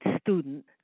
student